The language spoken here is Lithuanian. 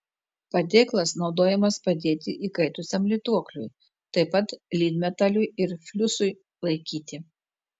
padėklas naudojamas padėti įkaitusiam lituokliui taip pat lydmetaliui ir fliusui laikyti